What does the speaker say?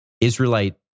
Israelite